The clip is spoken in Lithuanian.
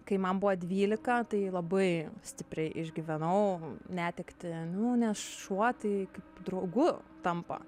kai man buvo dvylika tai labai stipriai išgyvenau netektį nu nes šuo tai kaip draugu tampa